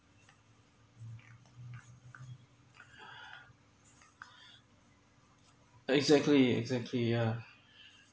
exactly exactly yeah